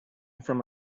from